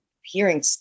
hearing